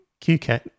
QCAT